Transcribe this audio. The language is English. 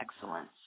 excellence